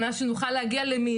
אני בעד שכולם יהיו מונגשים,